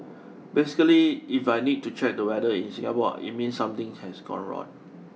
basically if I need to check the weather in Singapore it means something has gone wrong